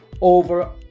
over